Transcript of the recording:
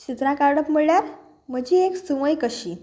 चित्रां काडप म्हणल्यार म्हजी एक सवंय कशी